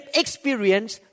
experience